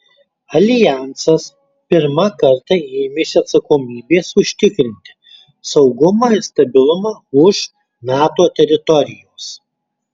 aljansas pirmą kartą ėmėsi atsakomybės užtikrinti saugumą ir stabilumą už nato teritorijos